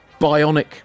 bionic